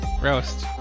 roast